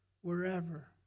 wherever